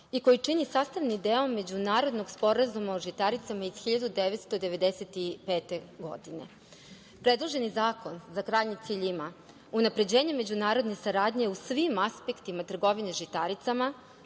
i koji čini sastavni deo Međunarodnog sporazuma o žitaricama iz 1995. godine. Predloženi zakon za krajnji cilj ima unapređenje međunarodne saradnje u svim aspektima trgovine žitaricama,